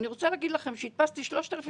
כשאני מלמד אני אומר לתלמידים שהנחת העבודה